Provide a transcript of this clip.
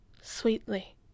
sweetly